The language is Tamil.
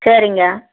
சரிங்க